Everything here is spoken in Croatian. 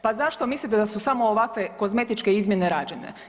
Pa zato mislite da su samo ovakve kozmetičke izmjene rađene?